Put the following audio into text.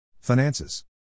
Finances